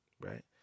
right